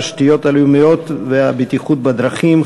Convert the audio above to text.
התשתיות הלאומיות והבטיחות בדרכים,